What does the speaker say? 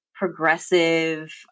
progressive